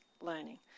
learning